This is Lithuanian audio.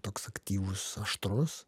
toks aktyvus aštrus